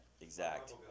exact